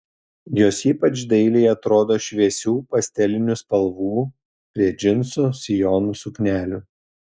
jos ypač dailiai atrodo šviesių pastelinių spalvų prie džinsų sijonų suknelių